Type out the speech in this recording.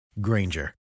Granger